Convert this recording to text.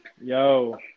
Yo